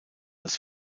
als